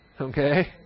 Okay